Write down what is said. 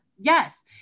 yes